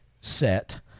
set